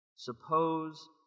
Suppose